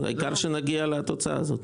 העיקר שנגיע לתוצאה הזאת.